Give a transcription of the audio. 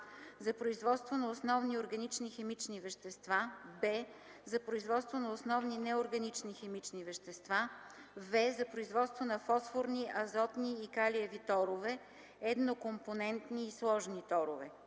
за производство на основни органични химични вещества; б) за производство на основни неорганични химични вещества; в) за производство на фосфорни, азотни и калиеви торове (еднокомпонентни и сложни торове);